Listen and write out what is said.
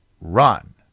run